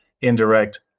Indirect